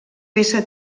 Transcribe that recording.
peça